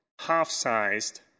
half-sized